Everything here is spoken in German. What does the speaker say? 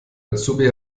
azubi